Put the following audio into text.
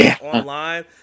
online